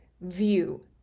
view